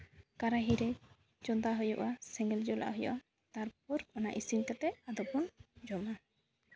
ᱠᱟᱨᱟᱦᱤ ᱨᱮ ᱪᱚᱸᱫᱟ ᱦᱩᱭᱩᱜᱼᱟ ᱥᱮ ᱥᱮᱸᱜᱮᱞ ᱡᱩᱞ ᱟᱜ ᱦᱩᱭᱩᱜᱼᱟ ᱛᱟᱨᱯᱚᱨ ᱚᱱᱟ ᱤᱥᱤᱱ ᱠᱟᱛᱮ ᱟᱫᱚ ᱵᱚᱱ ᱡᱚᱢᱟ